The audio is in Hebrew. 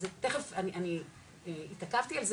תיכף אני,